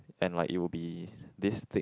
and like it will be this thick